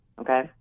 okay